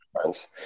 friends